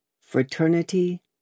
fraternity